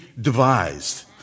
devised